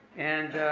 and